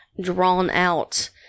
drawn-out